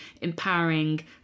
empowering